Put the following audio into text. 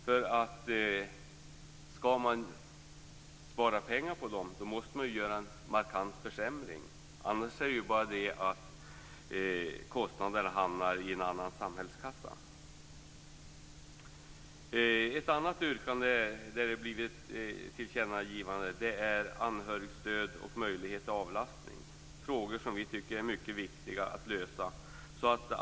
Om det skall sparas pengar på dem måste det göras en markant försämring. Annars hamnar ju kostnaderna endast i en annan samhällskassa. Ett annat yrkande som har lett till ett tillkännagivande gäller anhörigstödet och möjlighet till avlastning. Det är frågor som vi tycker är viktiga att lösa.